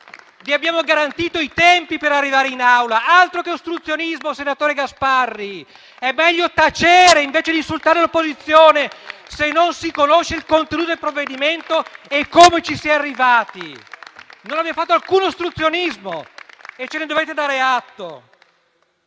Vi abbiamo garantito i tempi per arrivare in Aula: altro che ostruzionismo, senatore Gasparri. È meglio tacere, invece di insultare l'opposizione, se non si conosce il contenuto del provvedimento e come ci si è arrivati. Non abbiamo fatto alcun ostruzionismo e ce ne dovete dare atto.